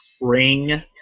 ring